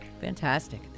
Fantastic